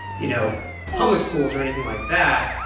you know, public schools or anything like that.